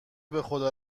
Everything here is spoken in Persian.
بخدا